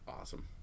awesome